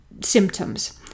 symptoms